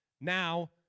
now